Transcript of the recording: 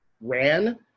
Ran